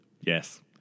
Yes